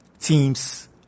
teams